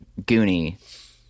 Goonie